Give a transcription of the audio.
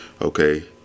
okay